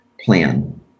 plan